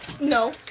No